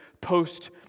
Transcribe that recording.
post